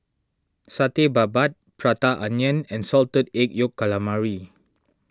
Satay Babat Prata Onion and Salted Egg Yolk Calamari